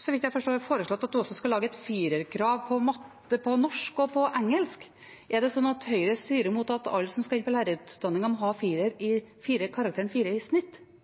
så vidt jeg forstår, foreslått at en også skal lage et firerkrav i norsk og engelsk. Er det sånn at Høyre styrer mot at alle som skal inn på lærerutdanningen, må ha karakteren 4 i